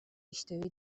иштебей